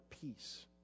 peace